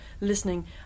listening